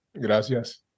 Gracias